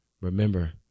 Remember